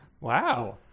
Wow